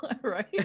Right